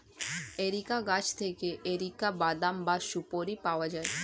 areca গাছ থেকে areca বাদাম বা সুপোরি পাওয়া যায়